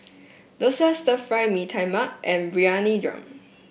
dosa Stir Fry Mee Tai Mak and Briyani Dum